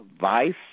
*Vice*